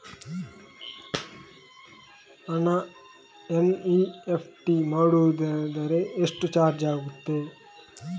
ಹಣ ಎನ್.ಇ.ಎಫ್.ಟಿ ಮಾಡುವುದಾದರೆ ಎಷ್ಟು ಚಾರ್ಜ್ ಆಗುತ್ತದೆ?